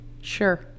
sure